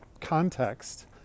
context